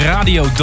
Radio